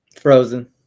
Frozen